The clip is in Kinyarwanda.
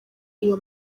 iyo